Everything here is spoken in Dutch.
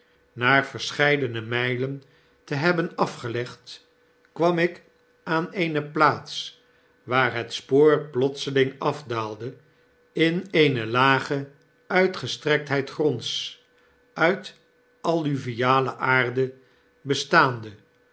na verscheidene mylen te hebben afgelegd kwam ik aan eene plaats waar het spoor plotseling afdaalde in eene lage uitgestrektheid gronds uit alluviale aarde bestaande